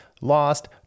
Lost